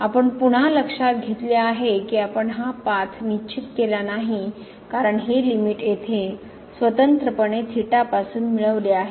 आपण पुन्हा लक्षात घेतले आहे की आपण हा पाथ निश्चित केला नाही कारण हे लिमिट येथे आपण स्वतंत्रपणे थीटापासून मिळवले आहे